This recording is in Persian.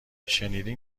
شنیدین